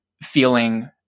feeling